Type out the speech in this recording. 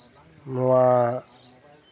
ᱱᱚᱣᱟ